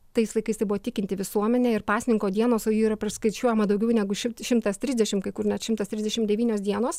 tais laikais tai buvo tikinti visuomenė ir pasninko dienos o jų yra priskaičiuojama daugiau negu šim šimtas trisdešim kai kur net šimtas trisdešim devynios dienos